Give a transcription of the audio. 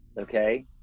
okay